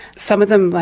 some of them,